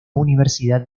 universidad